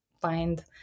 find